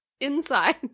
Inside